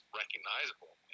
recognizable